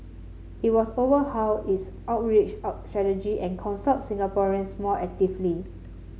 it was overhaul its outreach out strategy and consult Singaporeans more actively